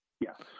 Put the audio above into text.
Yes